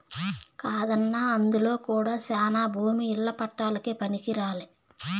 కాదన్నా అందులో కూడా శానా భూమి ఇల్ల పట్టాలకే పనికిరాలే